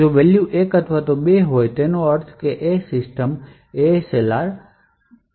જો વેલ્યુ 1 અથવા 2 છે તો તેનો અર્થ એ કે તે સિસ્ટમ પર ASLR સક્ષમ છે